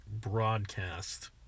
broadcast